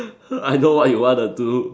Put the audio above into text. I know what you want to do